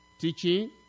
teaching